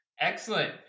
Excellent